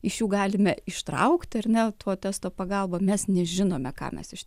iš jų galime ištraukti ar ne to testo pagalba mes nežinome ką mes iš